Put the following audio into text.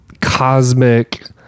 cosmic